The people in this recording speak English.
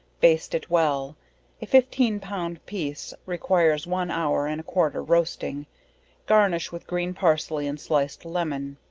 baste it well a fifteen pound piece requires one hour and a quarter roasting garnish with green-parsley and sliced lemon.